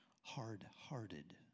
hard-hearted